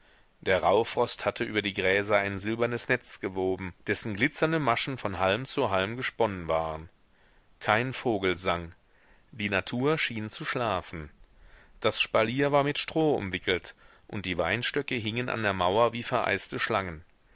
der rauhfrost hatte über die gräser ein silbernes netz gewoben dessen glitzernde maschen von halm zu halm gesponnen waren kein vogel sang die natur schien zu schlafen das spalier war mit stroh umwickelt und die weinstöcke hingen an der mauer wie vereiste schlangen